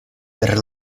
per